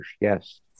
yes